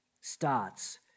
starts